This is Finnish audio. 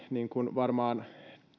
varmaan